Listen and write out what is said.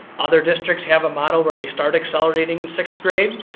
other districts have a model where they start accelerating in sixth grade.